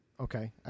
Okay